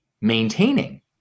maintaining